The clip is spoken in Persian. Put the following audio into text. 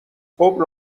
خوب